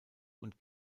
und